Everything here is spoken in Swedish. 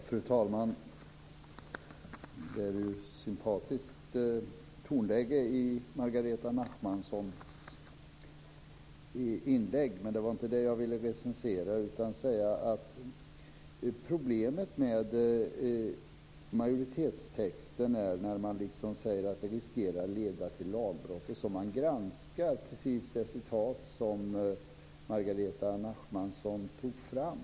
Fru talman! Det var ett sympatiskt tonläge i Margareta Nachmansons inlägg, men det var inte det jag ville recensera. Jag vill säga att problemet med majoritetstexten är att man säger att det riskerar att leda till lagbrott. Man granskar precis det citat som Margareta Nachmanson tog fram.